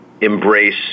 embrace